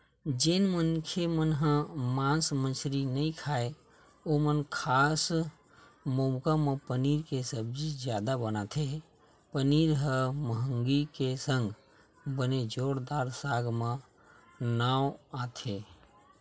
जेन मनखे मन ह मांस मछरी नइ खाय ओमन खास मउका म पनीर के सब्जी जादा बनाथे पनीर ह मंहगी के संग बने जोरदार साग म नांव आथे